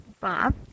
Bob